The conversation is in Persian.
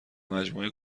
مجموعه